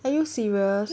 are you serious